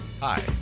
Hi